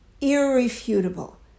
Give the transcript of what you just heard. irrefutable